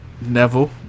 Neville